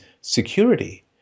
security